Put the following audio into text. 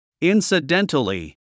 Incidentally